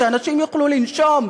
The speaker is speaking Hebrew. שאנשים יוכלו לנשום,